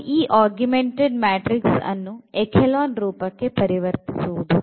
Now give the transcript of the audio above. ಅದು ಈ augmented matrix ಅನ್ನುechelon ರೂಪಕ್ಕೆ ಪರಿವರ್ತಿಸುವುದು